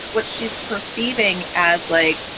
what she's perceiving as like,